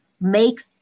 Make